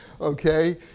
okay